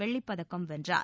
வெள்ளிப்பதக்கம் வென்றார்